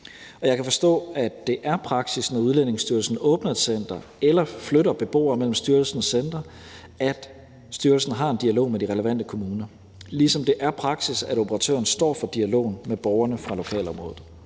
Jeg kan forstå, at det er praksis, når Udlændingestyrelsen åbner et center eller flytter beboere mellem styrelsens centre, at styrelsen har en dialog med de relevante kommuner, ligesom det er praksis, at operatøren står for dialogen med borgerne fra lokalområdet.